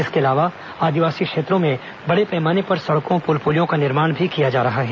इसके अलावा आदिवासी क्षेत्रों में बड़े पैमाने पर सड़कों और पुल पुलियों का निर्माण भी किया जा रहा है